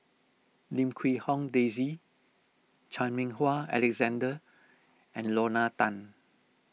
Lim Quee Hong Daisy Chan Meng Wah Alexander and Lorna Tan